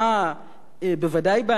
בוודאי בהנהגתי,